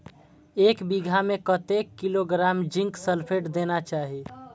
एक बिघा में कतेक किलोग्राम जिंक सल्फेट देना चाही?